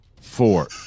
four